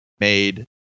made